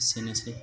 एसेनोसै